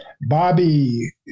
Bobby